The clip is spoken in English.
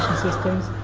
systems,